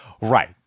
Right